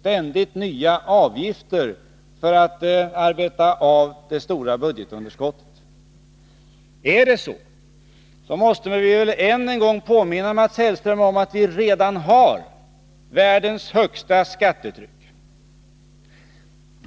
ständigt nya avgifter för att arbeta av det stora budgetunderskottet. Är det så måste man väl en än gång påminna Mats Hellström om att vi redan har världens högsta skattetryck.